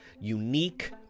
unique